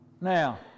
Now